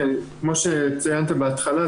כמו שציינת בהתחלה,